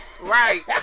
Right